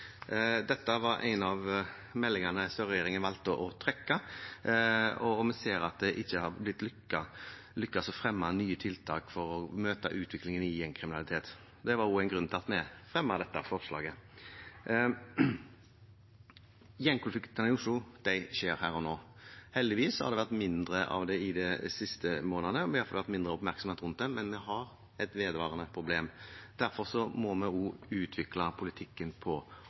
Dette var en av meldingene som regjeringen valgte å trekke, og vi ser at det ikke har lykkes å fremme nye tiltak for å møte utviklingen i gjengkriminalitet. Det var også en grunn til at vi fremmer dette forslaget. Gjengkonfliktene i Oslo skjer her og nå. Heldigvis har det vært mindre av det i de siste månedene – det har i hvert fall vært mindre oppmerksomhet rundt det. Men vi har et vedvarende problem. Derfor må vi utvikle politikken på